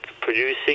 producing